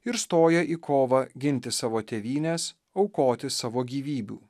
ir stoja į kovą ginti savo tėvynės aukoti savo gyvybių